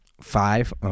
five